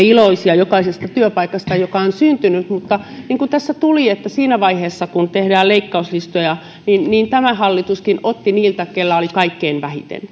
iloisia jokaisesta työpaikasta joka on syntynyt mutta niin kuin tässä tuli että siinä vaiheessa kun tehdään leikkauslistoja niin niin tämä hallituskin otti niiltä kenellä on kaikkein vähiten